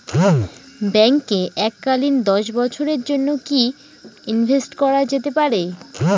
ব্যাঙ্কে এককালীন দশ বছরের জন্য কি ইনভেস্ট করা যেতে পারে?